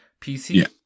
PC